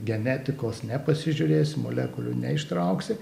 genetikos nepasižiūrėsi molekulių neištrauksi